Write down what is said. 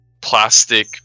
plastic